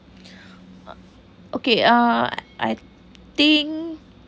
okay uh I think